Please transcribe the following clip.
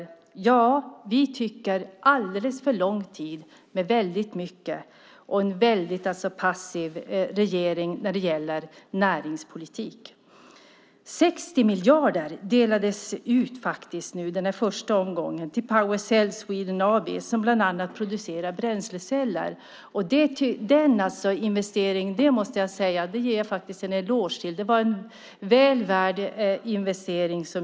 Vi tycker att väldigt mycket tar alldeles för lång tid och att regeringen är alldeles för passiv när det gäller näringspolitik. I den första omgången delades det ut 60 miljarder till Powercell Sweden AB som bland annat producerar bränsleceller. Den investeringen ger jag en eloge för. Det var en bra investering.